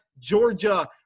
Georgia